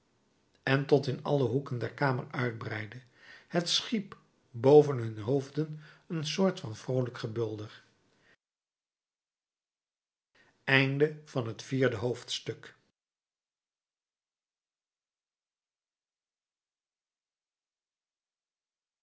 en tot in alle hoeken der kamer uitbreidde het schiep boven hun hoofden een soort van vroolijk gebulder vijfde hoofdstuk